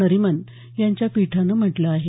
नरिमन यांच्या पीठानं म्हटलं आहे